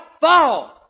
fall